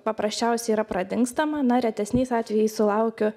paprasčiausia yra pradingstama na retesniais atvejais sulaukiu